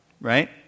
right